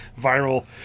viral